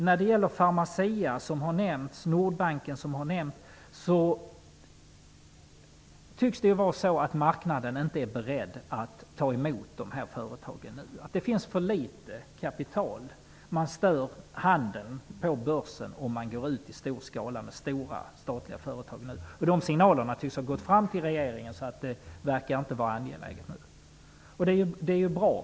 När det gäller Pharmacia, som har nämnts, och Nordbanken, som också har nämnts, tycks marknaden inte vara beredd att ta emot de företagen nu. Det finns för litet kapital. Man stör handeln på börsen om man går ut i stor skala med stora statliga företag nu. De signalerna tycks ha gått fram till regeringen, den verkar inte vara angelägen nu. Det är bra.